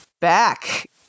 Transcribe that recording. back